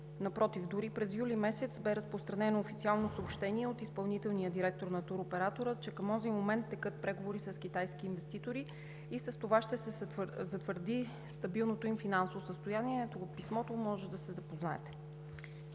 Напротив, дори през месец юли бе разпространено официално съобщение от изпълнителния директор на туроператора, че към онзи момент текат преговори с китайски инвеститори и с това ще се затвърди стабилното им финансово състояние. Ето го писмото, може да се запознаете.